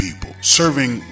serving